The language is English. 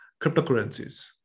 cryptocurrencies